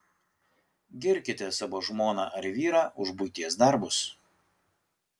girkite savo žmoną ar vyrą už buities darbus